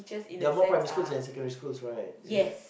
there are more primary than secondary school right yet